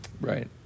Right